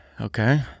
Okay